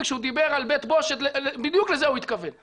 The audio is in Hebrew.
כשהוא דיבר על בית בושת בדיוק לזה הוא התכוון.